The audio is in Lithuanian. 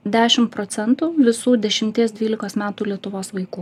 dešim procentų visų dešimties dvylikos metų lietuvos vaikų